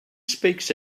speaks